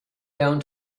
down